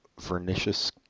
vernicious